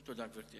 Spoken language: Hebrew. תודה, גברתי.